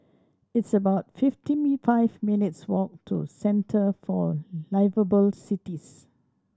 it's about fifty five minutes' walk to Centre for Liveable Cities